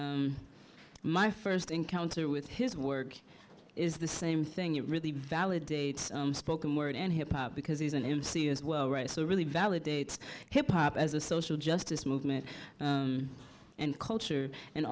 n my first encounter with his work is the same thing it really validates spoken word and hip hop because he's an mc as well right so really validates hip hop as a social justice movement and culture and